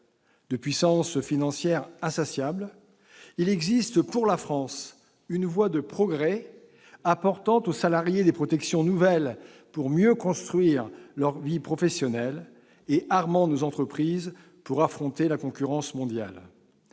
de puissances financières insatiables, il existe pour la France une voie de progrès apportant aux salariés des protections nouvelles pour mieux construire leur vie professionnelle et armant nos entreprises pour affronter la concurrence mondiale.